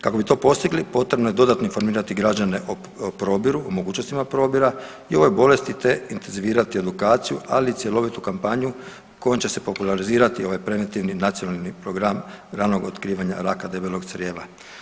Kako bi to postigli potrebno je dodatno informirati građane o probiru, o mogućnostima probira i ove bolesti, te intenzivirati edukaciju ali i cjelovitu kampanju kojom će se popularizirati ovaj preventivni nacionalni program ranog otkrivanja raka debelog crijeva.